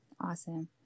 awesome